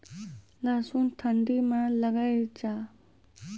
लहसुन ठंडी मे लगे जा?